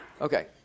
Okay